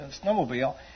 snowmobile